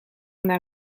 naar